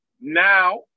Now